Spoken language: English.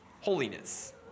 holiness